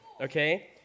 okay